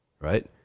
right